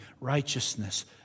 righteousness